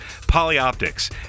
Polyoptics